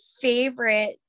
favorite